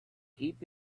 keep